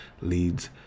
leads